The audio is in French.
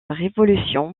révolution